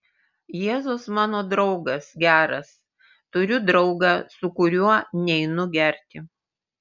jėzus mano draugas geras turiu draugą su kuriuo neinu gerti